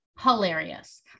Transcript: hilarious